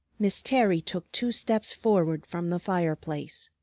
miss terry took two steps forward from the fire-place.